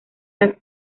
las